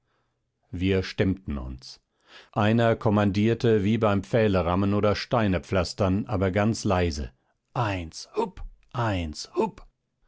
wir stemmten uns einer kommandierte wie beim pfählerammen oder steinepflastern aber ganz leise eins hupp eins hupp